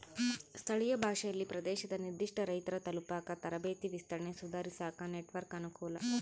ಸ್ಥಳೀಯ ಭಾಷೆಯಲ್ಲಿ ಪ್ರದೇಶದ ನಿರ್ಧಿಷ್ಟ ರೈತರ ತಲುಪಾಕ ತರಬೇತಿ ವಿಸ್ತರಣೆ ಸುಧಾರಿಸಾಕ ನೆಟ್ವರ್ಕ್ ಅನುಕೂಲ